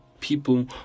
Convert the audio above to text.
people